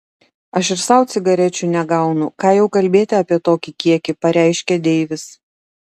aš ir sau cigarečių negaunu ką jau kalbėti apie tokį kiekį pareiškė deivis